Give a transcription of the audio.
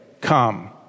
come